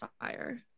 fire